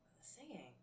singing